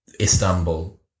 Istanbul